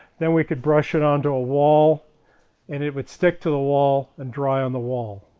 then we could brush it onto a wall and it would stick to the wall and dry on the wall.